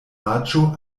aĝo